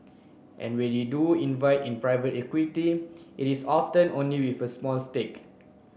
and when they do invite in private equity it is often only with a small stake